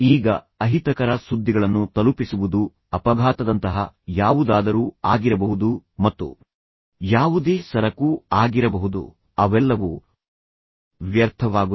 ಈಗ ಅಹಿತಕರ ಸುದ್ದಿಗಳನ್ನು ತಲುಪಿಸುವುದು ಅಪಘಾತದಂತಹ ಯಾವುದಾದರೂ ಆಗಿರಬಹುದು ಮತ್ತು ಯಾವುದೇ ಸರಕು ಆಗಿರಬಹುದು ಯಾವುದೇ ಸಾಮಗ್ರಿಗಳನ್ನು ಸಾಗಿಸಿದರೂ ಅವೆಲ್ಲವೂ ವ್ಯರ್ಥವಾಗುತ್ತವೆ